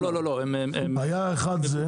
לא, לא, הם מבוטחים ב-100 אחוז.